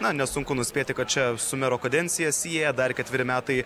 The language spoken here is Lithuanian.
na nesunku nuspėti kad čia su mero kadencija sieja dar ketveri metai